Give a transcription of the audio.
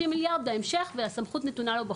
מיליארד ₪ בהמשך; הסמכות נתונה לו בחוק.